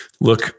look